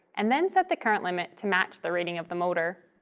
and then set the current limit to match the rating of the motor.